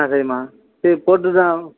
ஆ சரிம்மா சரி போட்டுதான்